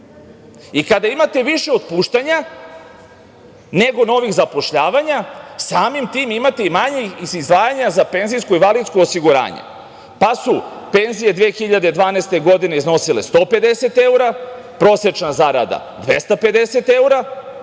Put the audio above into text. I kada imate više otpuštanja nego novih zapošljavanja, samim tim imate i manja izdvajanja za penzijsko i invalidsko osiguranje, pa su penzije 2012. godine iznosile 150 evra, prosečna zarada 250 evra,